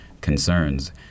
concerns